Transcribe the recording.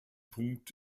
punkt